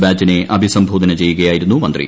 ബാച്ചിനെ അഭിസംബോധന ചെയ്യുകയായിരുന്നു മന്ത്രി